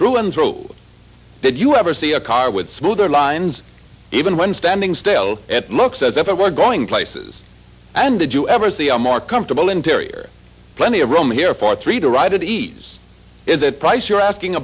through and through did you ever see a car with smoother lines even when standing still looks as if it were going places and did you ever see a more comfortable interior plenty of room here for three to ride it is the price you're asking